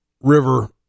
river